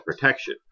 Protection